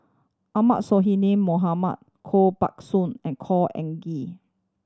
Ahmad Mohamad Koh Buck Sun and Khor Ean Ghee